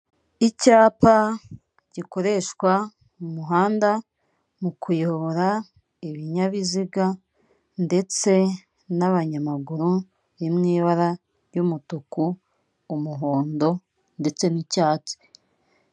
Icyapa gikoreshwa mu muhanda mu kuyobora ibinyabiziga, ndetse n'abanyamaguru biri mu ibara ry'umutuku, umuhondo ndetse n'icyatsi.